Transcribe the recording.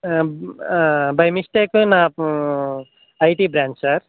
by mistake నా IT branch sir